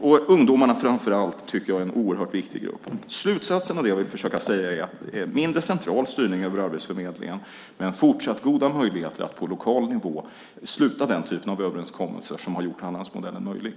Jag tycker att framför allt ungdomarna är en oerhört viktig grupp. Slutsatsen av det jag försöker säga är att det ska vara mindre central styrning av Arbetsförmedlingen men fortsatt goda möjligheter att på lokal nivå sluta den typen av överenskommelser som har gjort Hallandsmodellen möjlig.